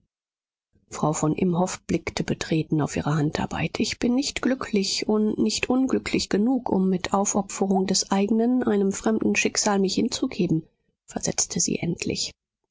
frau von imhoff blickte betreten auf ihre handarbeit ich bin nicht glücklich und nicht unglücklich genug um mit aufopferung des eignen einem fremden schicksal mich hinzugeben versetzte sie endlich